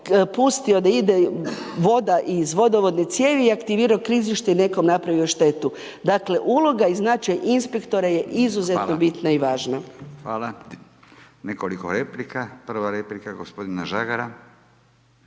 pustio da ide voda iz vodovodne cijevi i aktivirao klizište i nekom napravio štetu. Dakle uloga i značaj inspektora je izuzetno bitna i važna. **Radin, Furio (Nezavisni)** Hvala. Nekoliko replika. Prva replika je gospodina Žagara.